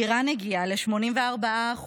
איראן הגיעה ל-84%